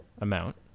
amount